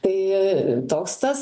tai toks tas